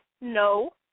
no